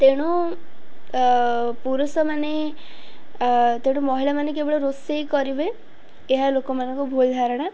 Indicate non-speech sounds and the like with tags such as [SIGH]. ତେଣୁ ପୁରୁଷମାନେ [UNINTELLIGIBLE] ମହିଳାମାନେ କେବଳ ରୋଷେଇ କରିବେ ଏହା ଲୋକମାନଙ୍କ ଭୁଲ ଧାରଣା